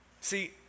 See